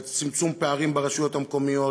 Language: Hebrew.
על צמצום פערים ברשויות המקומיות,